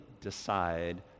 decide